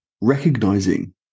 recognizing